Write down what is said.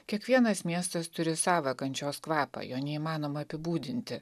kiekvienas miestas turi savą kančios kvapą jo neįmanoma apibūdinti